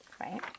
right